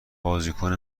بازیکن